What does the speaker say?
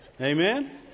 Amen